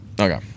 Okay